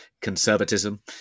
Conservatism